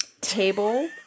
Table